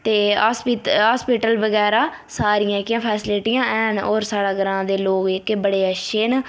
ते hospital hospital बगैरा सारियां जेह्कियां फेसलिटियां हैन होर साढै़ ग्रांऽ दे लोग जेह्के बड़े अच्छे न